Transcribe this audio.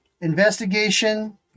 investigation